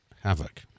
Havoc